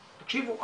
תקשיבו,